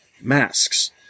masks